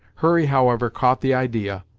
hurry, however, caught the idea,